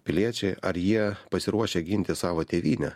piliečiai ar jie pasiruošę ginti savo tėvynę